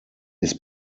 his